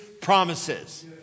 promises